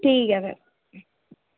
ठीक ऐ फिर